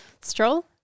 Stroll